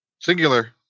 Singular